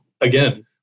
again